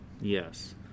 yes